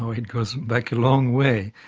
it goes back a long way,